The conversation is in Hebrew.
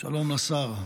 שלום לשר.